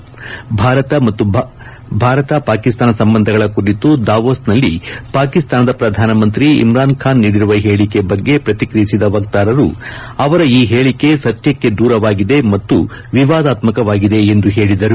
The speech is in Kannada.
ಭಾರತ ಮತ್ತು ಭಾರತ ಪಾಕಿಸ್ತಾನ ಸಂಬಂಧಗಳ ಕುರಿತು ದಾವೋಸ್ನಲ್ಲಿ ಪಾಕಿಸ್ತಾನದ ಪ್ರಧಾನಮಂತ್ರಿ ಇಮ್ರಾನ್ಖಾನ್ ನೀಡಿರುವ ಹೇಳಕೆ ಬಗ್ಗೆ ಪ್ರತಿಕ್ರಿಯಿಸಿದ ವಕ್ತಾರರು ಅವರ ಈ ಹೇಳಿಕೆ ಸತ್ಲಕ್ಷೆ ದೂರವಾಗಿದೆ ಮತ್ತು ವಿವಾದಾತ್ಪಕವಾಗಿದೆ ಎಂದು ಹೇಳಿದರು